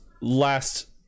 last